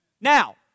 Now